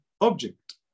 object